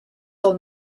del